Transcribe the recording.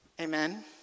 Amen